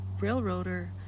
railroader